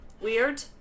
weird